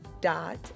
dot